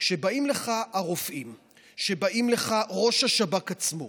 כשבאים אליך הרופאים, כשבא אליך ראש השב"כ עצמו,